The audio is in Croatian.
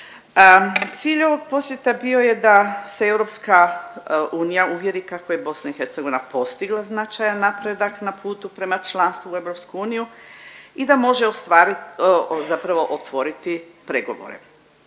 Cilj ovog posjeta bio je da se EU uvjeri kako je BIH postigla značajan napredak na putu prema članstvu u EU i da može ostvari, zapravo otvoriti pregovore